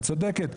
את צודקת,